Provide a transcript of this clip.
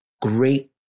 Great